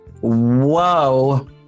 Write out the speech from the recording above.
whoa